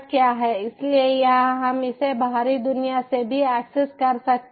इसलिए यहां हम इसे बाहरी दुनिया से भी एक्सेस कर सकते हैं